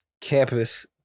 campus